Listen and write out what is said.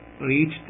reached